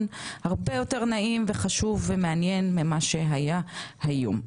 הרבה יותר נעים וחשוב ומעניין ממה שהיה היום,